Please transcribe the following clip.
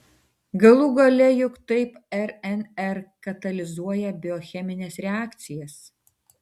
galų gale juk taip rnr katalizuoja biochemines reakcijas